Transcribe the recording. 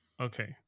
Okay